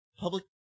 Public